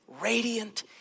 radiant